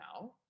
now